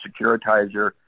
securitizer